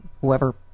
whoever